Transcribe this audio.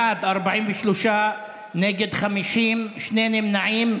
בעד, 43, נגד, 50, שני נמנעים.